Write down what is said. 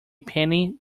penny